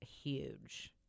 huge